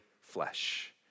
flesh